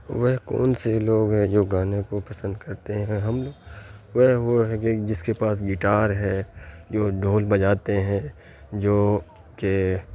وہ کون سے لوگ ہیں جو گانے کو پسند کرتے ہیں ہم وہ وہ ہے کہ جس کے پاس گٹار ہے جو ڈھول بجاتے ہیں جوکہ